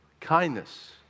kindness